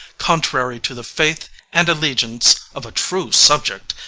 contrary to the faith and allegiance of true subject,